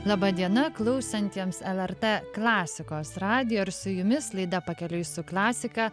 laba diena klausantiems lrt klasikos radijo ir su jumis laida pakeliui su klasika